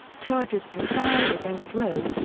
charges were filed against rose,